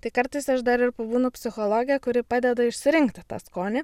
tai kartais aš dar ir pabūnu psichologe kuri padeda išsirinkti tą skonį